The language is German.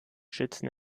schützen